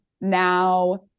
now